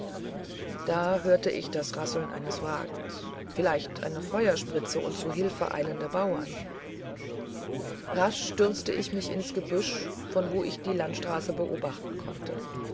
da hörte ich das rasseln eines wagens vielleicht eine feuerspritze und zu hilfe eilende bauern jach stürzte ich mich ins gebüsch von wo ich die landschaft beobachten konnte